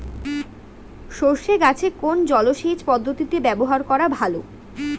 সরষে গাছে কোন জলসেচ পদ্ধতি ব্যবহার করা ভালো?